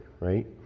right